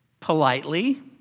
Politely